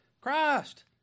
Christ